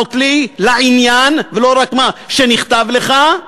לענות לי לעניין ולא רק מה שנכתב לך.